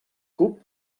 cup